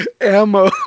ammo